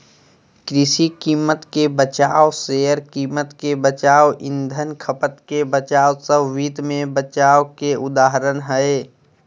कृषि कीमत के बचाव, शेयर कीमत के बचाव, ईंधन खपत के बचाव सब वित्त मे बचाव के उदाहरण हय